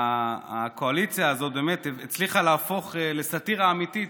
הקואליציה הזאת באמת הצליחה להפוך לסאטירה אמיתית,